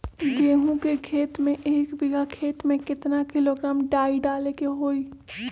गेहूं के खेती में एक बीघा खेत में केतना किलोग्राम डाई डाले के होई?